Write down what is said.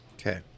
okay